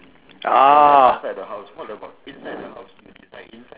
ah